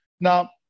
Now